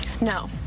No